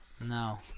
No